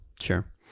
Sure